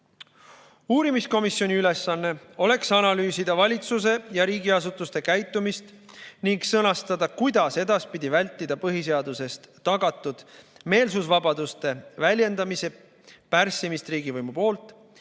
Uurimiskomisjoni ülesanne oleks analüüsida valitsuse ja riigiasutuste käitumist ning sõnastada, kuidas edaspidi vältida põhiseaduses tagatud meelsusvabaduste väljendamise pärssimist riigivõimu poolt,